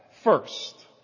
first